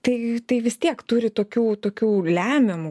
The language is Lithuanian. tai vis tiek turi tokių tokių lemiamų